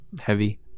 heavy